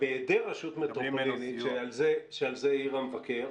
בהיעדר רשות מטרופולין שעל זה העיר המבקר,